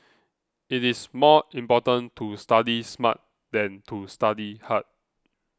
it is more important to study smart than to study hard